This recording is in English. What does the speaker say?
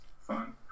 fun